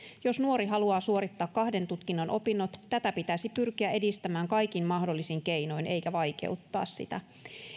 jos nuori haluaa suorittaa kahden tutkinnon opinnot tätä pitäisi pyrkiä edistämään kaikin mahdollisin keinoin eikä vaikeuttaa sitä